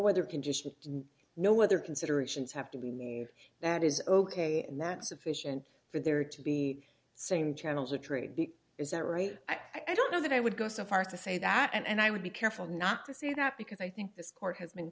weather conditions no other considerations have to be moved that is ok that sufficient for there to be same channels or trade big is that right i don't know that i would go so far to say that and i would be careful not to say that because i think this court has been